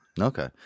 Okay